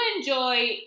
enjoy